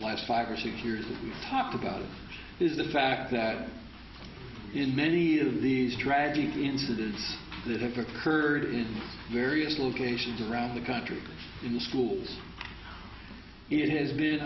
last five or six years and talk about is the fact that in many of these tragic incident that if occurred in various locations around the country in the schools it has been